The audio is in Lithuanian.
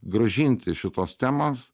grąžinti šitos temos